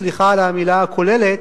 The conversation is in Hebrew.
סליחה על המלה הכוללת,